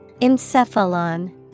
Encephalon